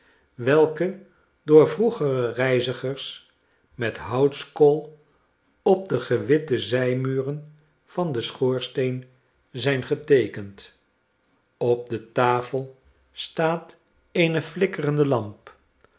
welke door vroegere reizigers met houtskool op de gewitte zijmuren van den schoorsteen zijn geteekend op de tafel staat eene flikkerende lamp